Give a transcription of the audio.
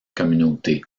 communauté